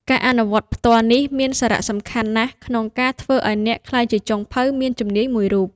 ការអនុវត្តផ្ទាល់នេះមានសារៈសំខាន់ណាស់ក្នុងការធ្វើឱ្យអ្នកក្លាយជាចុងភៅមានជំនាញមួយរូប។